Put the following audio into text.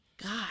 God